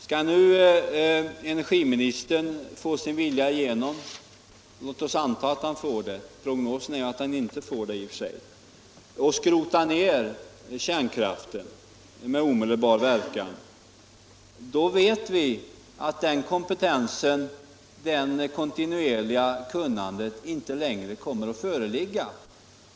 Skall nu energiministern få sin vilja igenom — låt oss anta det, även om prognosen i och för sig är den att han inte får det — så att han kan skrota ned kärnkraften med omedelbar verkan, vet vi att denna kompetens på grundval av ett kontinuerligt kunnande inte längre kommer att föreligga.